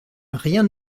rien